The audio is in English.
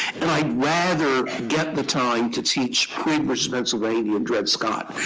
and i'd rather get the time to teach quinn versus pennsylvania and dred scott,